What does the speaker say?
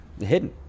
hidden